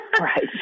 Right